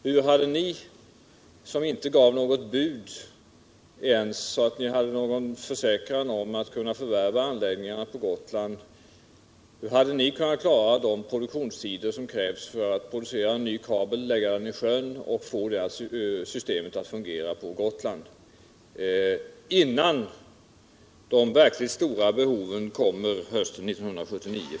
Hur hade ni, som inte ens gav nägot bud och alltså inte hade någon försäkran om att kunna förvärva anläggningarna, kunnat klara aut producera en ny elkabel. lägga den i sjön och få systemet att fungera på Gotland, innan de verkligt stora behoven för Cementa kommer hösten 1979?